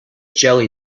jelly